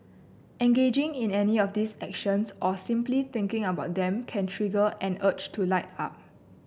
engaging in any of these actions or simply thinking about them can trigger an urge to light up